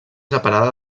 separada